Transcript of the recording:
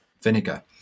vinegar